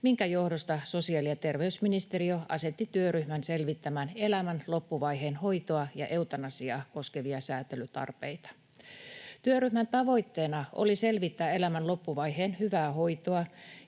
minkä johdosta sosiaali- ja terveysministeriö asetti työryhmän selvittämään elämän loppuvaiheen hoitoa ja eutanasiaa koskevia sääntelytarpeita. Työryhmän tavoitteena oli selvittää elämän loppuvaiheen hyvää hoitoa,